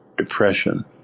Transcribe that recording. Depression